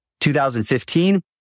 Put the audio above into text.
2015